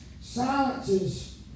silences